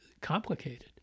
complicated